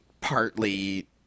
partly